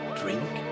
drink